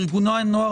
ארגוני הנוער,